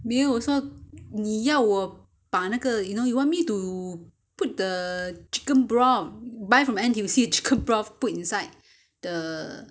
没有我说你要我把那个 you know you want me to put the chicken broth buy from N_T_U_C chicken broth put inside the